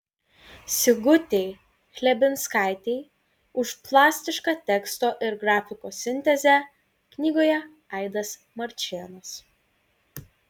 sigutei chlebinskaitei už plastišką teksto ir grafikos sintezę knygoje aidas marčėnas